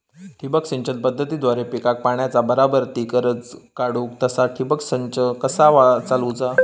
ठिबक सिंचन पद्धतीद्वारे पिकाक पाण्याचा बराबर ती गरज काडूक तसा ठिबक संच कसा चालवुचा?